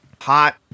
hot